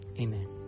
amen